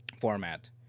format